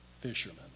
fishermen